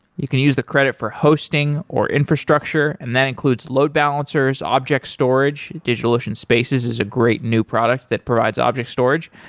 you can use the credit for hosting, or infrastructure, and that includes load balancers, object storage. digitalocean spaces is a great new product that provides object storage,